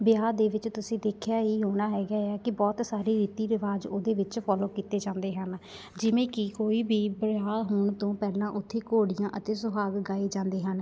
ਵਿਆਹ ਦੇ ਵਿੱਚ ਤੁਸੀਂ ਦੇਖਿਆ ਹੀ ਹੋਣਾ ਹੈਗਾ ਆ ਕਿ ਬਹੁਤ ਸਾਰੇ ਰੀਤੀ ਰਿਵਾਜ਼ ਉਹਦੇ ਵਿੱਚ ਫੋਲੋ ਕੀਤੇ ਜਾਂਦੇ ਹਨ ਜਿਵੇਂ ਕਿ ਕੋਈ ਵੀ ਵਿਆਹ ਹੋਣ ਤੋਂ ਪਹਿਲਾਂ ਉੱਥੇ ਘੋੜੀਆਂ ਅਤੇ ਸੁਹਾਗ ਗਾਏ ਜਾਂਦੇ ਹਨ